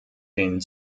den